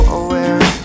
aware